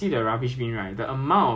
if I know it's yam cake I'll ask only for one